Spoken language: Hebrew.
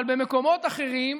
אבל במקומות אחרים,